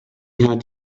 had